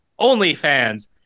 OnlyFans